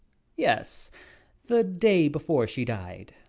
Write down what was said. yes the day before she died.